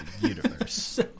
universe